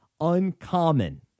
Uncommon